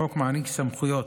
החוק מעניק סמכויות